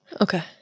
Okay